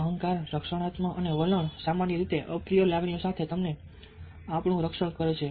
અહંકાર રક્ષણાત્મક અને વલણ સામાન્ય રીતે અપ્રિય લાગણીઓ સામે આપણું રક્ષણ કરે છે